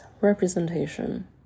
representation